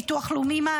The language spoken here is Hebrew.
ביטוח לאומי,